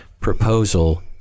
proposal